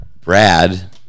Brad